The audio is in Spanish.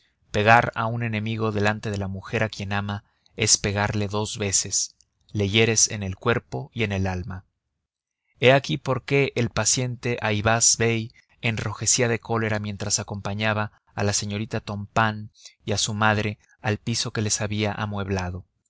pegar a un enemigo delante de la mujer a quien ama es pegarle dos veces le hieres en el cuerpo y en el alma he aquí por qué el paciente ayvaz bey enrojecía de cólera mientras acompañaba a la señorita tompain y a su madre al piso que les había amueblado